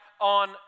on